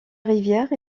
rivière